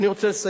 אני רוצה לסיים,